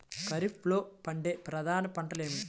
ఖరీఫ్లో పండే ప్రధాన పంటలు ఏవి?